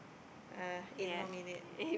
!aiayh! eight more minute